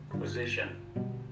position